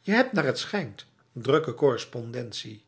je hebt naar het schijnt drukke correspondentie